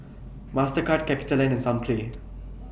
Mastercard CapitaLand and Sunplay